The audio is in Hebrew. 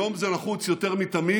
היום זה נחוץ יותר מתמיד,